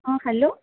ହଁ ହେଲୋ